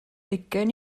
ugain